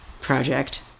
project